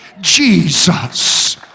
Jesus